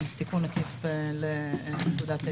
תיקון עקיף לפקודת העיריות.